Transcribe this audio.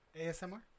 ASMR